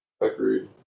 agreed